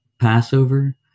Passover